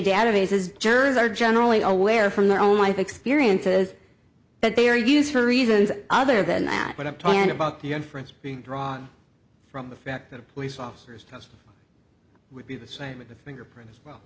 databases jurors are generally aware from their own life experiences that they are used for reasons other than that what i'm talking about the inference being drawn from the fact that police officers just would be the same with the fingerprints well